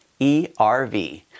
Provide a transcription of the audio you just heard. ERV